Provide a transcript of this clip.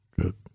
good